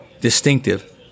distinctive